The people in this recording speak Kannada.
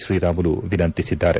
ಶ್ರೀರಾಮುಲು ವಿನಂತಿಸಿದ್ದಾರೆ